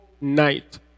night